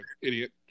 idiot